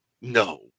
No